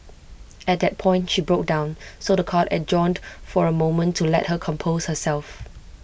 at that point she broke down so The Court adjourned for A moment to let her compose herself